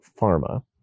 pharma